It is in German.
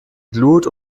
glut